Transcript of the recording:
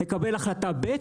יקבל החלטה ב',